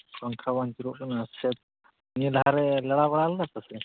ᱯᱟᱝᱠᱷᱟ ᱵᱟᱝ ᱟᱹᱪᱩᱨᱚᱜ ᱠᱟᱱᱟ ᱱᱤᱭᱟᱹ ᱫᱷᱟᱨᱮ ᱞᱟᱲᱟᱣ ᱵᱟᱲᱟ ᱞᱮᱫᱟ ᱯᱮᱥᱮ ᱪᱮᱫ